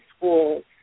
schools